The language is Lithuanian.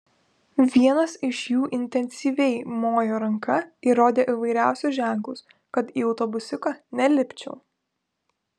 vienas iš jų intensyviai mojo ranka ir rodė įvairiausius ženklus kad į autobusiuką nelipčiau